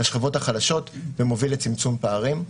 לשכבות החלשות ומוביל לצמצום פערים,